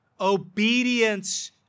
Obedience